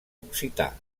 occità